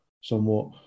somewhat